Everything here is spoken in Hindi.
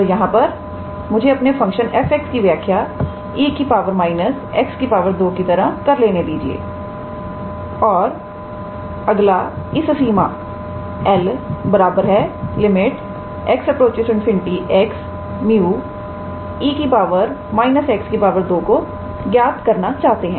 तो यहां पर मुझे अपने फंक्शन f की व्याख्या 𝑒 −𝑥 2 की तरह कर लेने दीजिए और अगला इस सीमा 𝐿 x∞ 𝑥 𝜇𝑒 −𝑥 2 को ज्ञात करना चाहते हैं